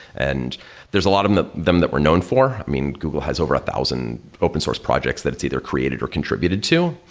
and there're a lot of them that were known for. i mean, google has over a thousand open source projects that it's either created or contributed to.